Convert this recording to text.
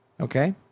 Okay